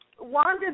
Wanda